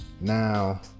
now